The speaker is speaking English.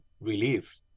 relief